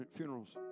funerals